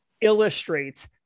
illustrates